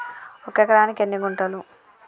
ఒక ఎకరానికి ఎన్ని గుంటలు?